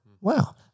Wow